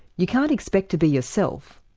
you can't expect to be yourself,